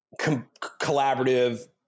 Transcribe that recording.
collaborative